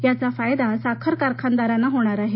याचा फायदा साखर कारखानदारांना होणार आहे